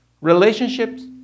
relationships